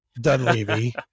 Dunleavy